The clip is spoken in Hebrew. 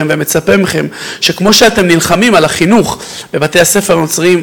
ומצפה מכם שכמו שאתם נלחמים על החינוך בבתי-הספר הנוצריים,